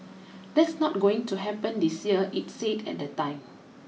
that's not going to happen this year it said at the time